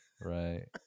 Right